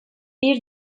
bir